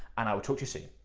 and i'll talk to you soon.